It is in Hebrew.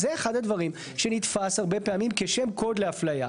זה אחד הדברים שנתפס הרבה פעמים כשם קוד לאפליה.